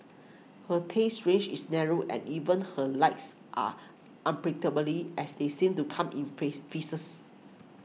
her taste range is narrow and even her likes are unpredictably as they seem to come in phase phases